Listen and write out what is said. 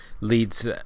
leads